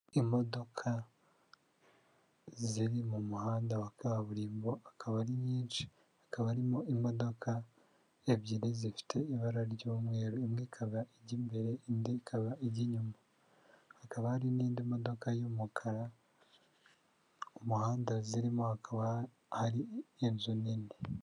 Imodoka ziri mu muhanda wa kaburimbo akaba ari nyinshi, hakaba harimo imodoka ebyiri zifite ibara ry'umweru, imwe ikaba ijya imbere indi ikaba ijya inyuma, hakaba hari n'indi modoka y'umukara, umuhanda zirimo hakaba hari inzu nini.